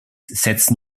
setzen